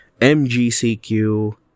MGCQ